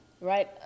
right